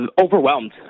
overwhelmed